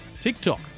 TikTok